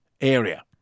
area